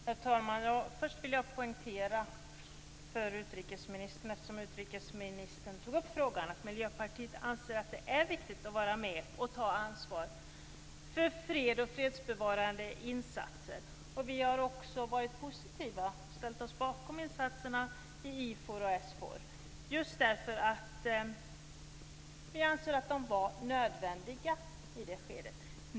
Herr talman! Först vill jag poängtera för utrikesministern, eftersom hon tog upp frågan, att Miljöpartiet anser att det är viktigt att vara med och ta ansvar för fred och fredsbevarande insatser. Vi har också varit positiva till och ställt oss bakom insatserna i Ifor och Sfor, just därför att vi anser att de var nödvändiga i det skedet.